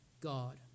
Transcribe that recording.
God